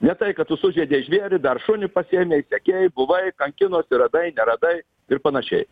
ne tai kad tu sužeidei žvėrį dar šunį pasiėmei sekei buvai kankinosi radai neradai ir panašiai